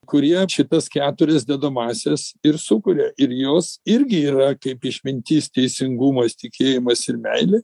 kurie šitas keturias dedamąsias ir sukuria ir jos irgi yra kaip išmintis teisingumas tikėjimas ir meilė